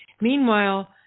Meanwhile